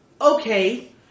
Okay